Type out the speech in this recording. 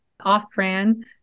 off-brand